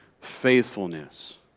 faithfulness